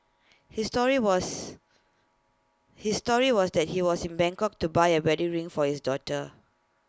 his story was his story was that he was in Bangkok to buy A wedding ring for his daughter